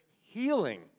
healing